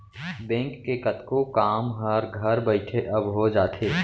bank के कतको काम हर घर बइठे अब हो जाथे